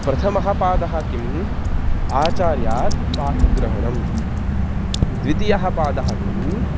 प्रथमः पादः किम् आचार्यात् पाठग्रहणं द्वितीयः पादः किम्